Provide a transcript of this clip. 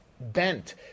bent